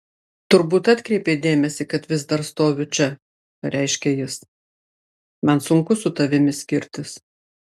turbūt atkreipei dėmesį kad vis dar stoviu čia pareiškia jis man sunku su tavimi skirtis